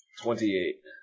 Twenty-eight